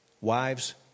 Wives